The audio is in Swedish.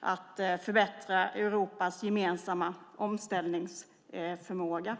att man förbättrar Europas gemensamma omställningsförmåga.